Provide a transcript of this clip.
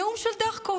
נאום של דחקות,